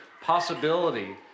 possibility